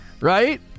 Right